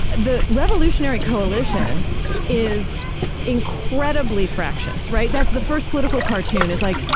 the revolutionary coalition is incredibly fractious, right? that's the first political cartoon, is like,